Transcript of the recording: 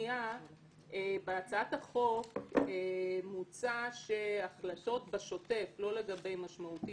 בהצעת החוק מוצע שהחלטות בשוטף לא לגבי משמעותי